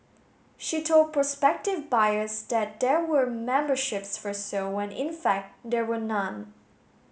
she told prospective buyers that there were memberships for sale when in fact there were none